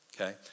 Okay